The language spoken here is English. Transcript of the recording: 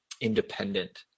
independent